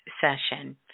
session